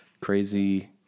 crazy